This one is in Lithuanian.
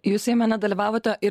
jūs jame nedalyvavote ir